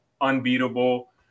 unbeatable